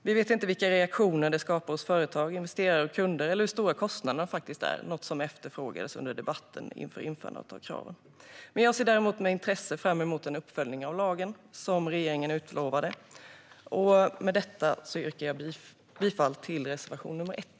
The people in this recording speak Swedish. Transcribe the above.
Vi vet inte vilka reaktioner det skapar hos företag, investerare och kunder eller hur stora kostnaderna faktiskt är - det var något som efterfrågades under debatten inför införandet av kraven. Jag ser däremot med intresse fram emot den uppföljning av lagen som regeringen utlovade. Med detta yrkar jag bifall till reservation nr 1.